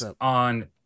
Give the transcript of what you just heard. on